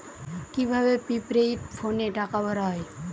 কি ভাবে প্রিপেইড ফোনে টাকা ভরা হয়?